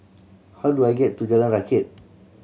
how do I get to Jalan Rakit